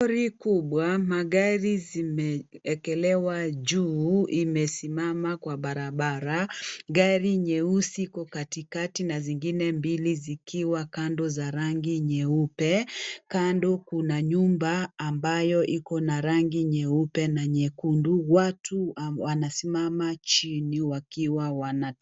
Lori kubwa magari zimeekelewa juu imesimama kwa barabara . Gari nyeusi iko katikati na zingine mbili zikiwa kando za rangi nyeupe . Kando kuna nyumba ambayo iko na rangi nyeupe na nyekundu . Watu wanasimama chini wakiwa wana.